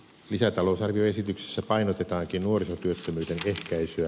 lisätalousarvioesityksessä painotetaankin nuorisotyöttömyyden ehkäisyä